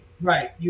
Right